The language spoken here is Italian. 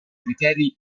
criteri